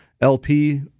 LP